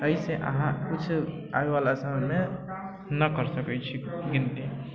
एहिसँ अहाँ कुछ आबै बला समयमे न करि सकै छी गिनती